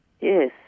yes